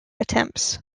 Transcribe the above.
attempts